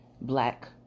black